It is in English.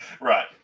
Right